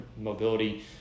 mobility